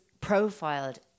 profiled